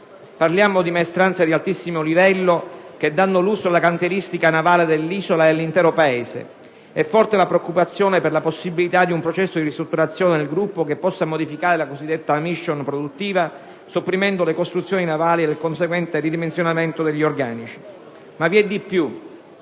Parliamo di maestranze di altissimo livello che danno lustro alla cantieristica navale dell'isola e all'intero Paese. È forte la preoccupazione per la possibilità di un processo di ristrutturazione del gruppo che possa modificare la cosiddetta *mission* produttiva sopprimendo le costruzioni navali e producendo il conseguente ridimensionamento degli organici. Vi è di più: